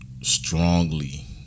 strongly